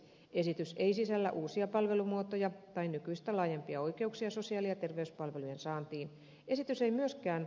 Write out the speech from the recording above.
esitys ei sisällä uusia palvelumuotoja tai nykyistä laajempia oikeuksia sosiaali ja terveyspalvelujen saantiin